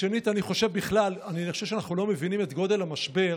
שנית, אני חושב שאנחנו לא מבינים את גודל המשבר.